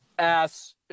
ass